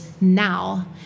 now